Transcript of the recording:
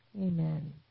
Amen